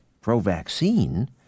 pro-vaccine